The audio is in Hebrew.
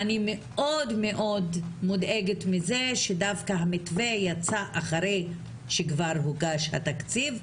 אני מאוד מודאגת מזה שדווקא המתווה יצא אחרי שכבר הוגש התקציב.